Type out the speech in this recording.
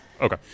Okay